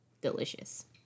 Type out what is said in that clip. delicious